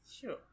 Sure